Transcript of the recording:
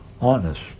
honest